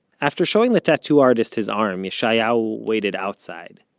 after showing the tattoo artist his arm, yeshayahu waited outside.